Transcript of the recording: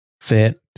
fit